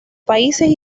países